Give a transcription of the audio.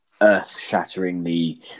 earth-shatteringly